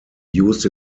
used